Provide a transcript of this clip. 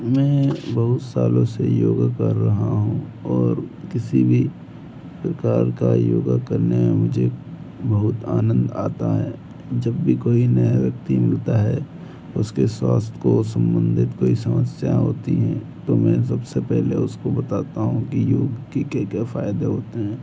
मैं बहुत सालों से योगा कर रहा हूँ और किसी भी प्रकार का योगा करने मुझे बहुत आनंद आता है जब भी कोई नया व्यक्ति मिलता है उसके स्वास्थ्य को संबंधित कोई समस्या होती हैं तो मैं सबसे पहले उसको बताता हूँ कि योग की क्या क्या फायदे होते हैं